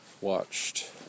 Watched